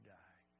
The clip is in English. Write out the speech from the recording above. die